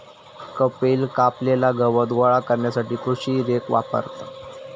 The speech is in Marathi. कपिल कापलेला गवत गोळा करण्यासाठी कृषी रेक वापरता